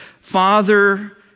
Father